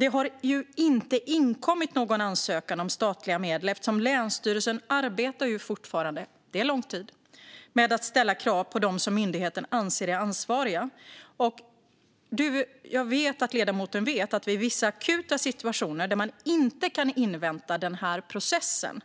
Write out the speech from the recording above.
Det har inte inkommit någon ansökan om statliga medel eftersom länsstyrelsen fortfarande arbetar - det är lång tid - med att ställa krav på dem som myndigheten anser är ansvariga. Jag vet att ledamoten vet att det vid vissa akuta situationer där man inte kan invänta den här processen